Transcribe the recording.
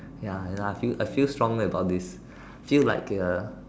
ya ya I feel I feel strongly about this feel like uh